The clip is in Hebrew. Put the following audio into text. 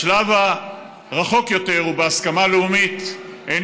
בשלב הרחוק יותר ובהסכמה לאומית אין